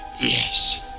Yes